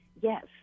Yes